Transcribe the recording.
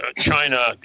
China